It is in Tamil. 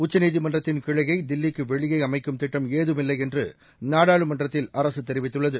உச்சநீதிமன்றத்தின் கிளையை தில்லிக்கு வெளியே அமைக்கும் திட்டம் ஏதுமில்லை என்று நாடாளுமன்றத்தில் அரசு தெரிவித்துள்ளது